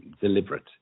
deliberate